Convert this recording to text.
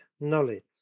knowledge